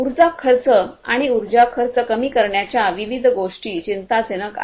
उर्जा खर्च आणि उर्जा खर्च कमी करण्याच्या विविध गोष्टी चिंताजनक आहेत